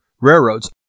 railroads